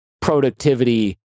productivity